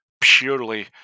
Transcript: purely